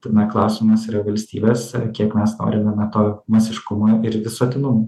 tada klausimas yra valstybės a kiek mes norime na to masiškumo ir visuotinumo